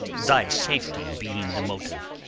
thy safety being the motive.